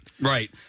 Right